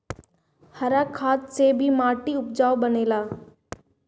हरा खाद से भी माटी उपजाऊ बनेला